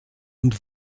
und